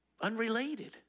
unrelated